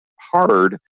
hard